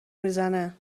میزنه